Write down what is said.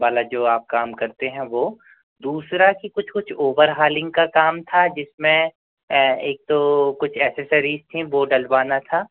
वाला जो आप काम करते हैं वो दूसरा कि कुछ कुछ ओवरहालिंग का काम था जिस में ऐ एक तो कुछ एसेसरीस थी वो डलवाना था